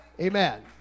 Amen